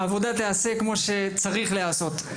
העבודה תיעשה כמו שצריכה להיעשות.